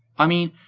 i mean,